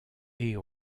est